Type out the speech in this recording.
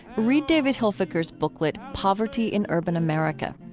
read david hilfiker's booklet, poverty in urban america.